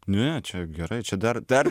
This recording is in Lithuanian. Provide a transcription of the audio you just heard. ne čia gerai čia dar dar